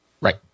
Right